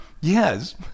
Yes